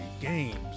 games